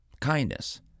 Kindness